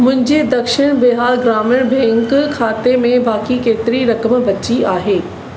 मुंहिंजे दक्षिण बिहार ग्रामीण बैंक खाते में बाकी केतिरी रक़म बची आहे